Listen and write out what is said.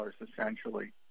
essentially